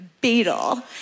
beetle